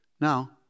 Now